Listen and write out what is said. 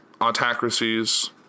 autocracies